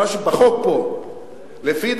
לפי דעתי,